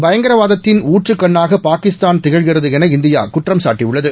பயங்கரவாதத்தின் ஊற்றுக்கண்ணாக பாகிஸ்தான் திகழ்கிறது என இந்தியா குற்றம்சாட்டியுள்ளது